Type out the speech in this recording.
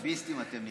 ביביסטים אתם נהייתם.